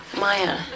Maya